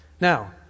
Now